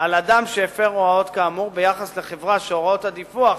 על אדם שהפר הוראות כאמור ביחס לחברה שהוראות הדיווח